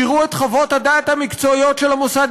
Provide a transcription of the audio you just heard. תראו את חוות הדעת המקצועיות של המוסד